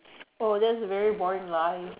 oh that's a very boring life